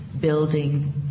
building